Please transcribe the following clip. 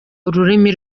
ururimi